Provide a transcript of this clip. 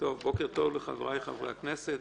בוקר טוב לחבריי חברי הכנסת,